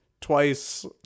twice